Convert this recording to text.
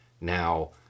Now